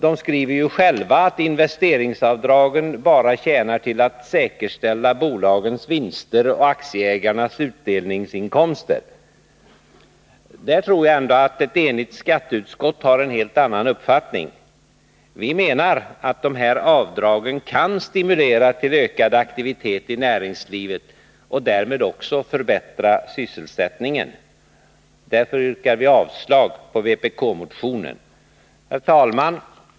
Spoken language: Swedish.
Enligt vpk tjänar investeringsavdragen bara till att säkerställa bolagens vinster och aktieägarnas utdelningsinkomster. Där har ett enigt skatteutskott en helt annan uppfattning. Vi menar att de här avdragen kan stimulera till ökad aktivitet i näringslivet och därmed också förbättra sysselsättningen. Därför avstyrker vi vpk-motionen. Fru talman!